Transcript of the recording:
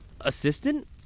assistant